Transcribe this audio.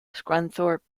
scunthorpe